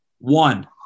One